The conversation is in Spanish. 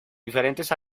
diferentes